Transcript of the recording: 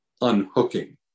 unhooking